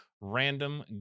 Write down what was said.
random